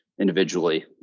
individually